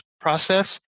process